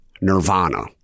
Nirvana